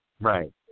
right